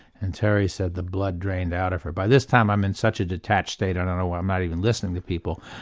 and terry said the blood drained out of her. by this time i'm in such a detached state i'm not even listening to people.